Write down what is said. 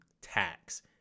tax